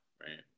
right